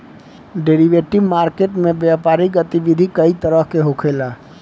derivative market में व्यापारिक गतिविधि कई तरह से होखेला